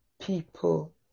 people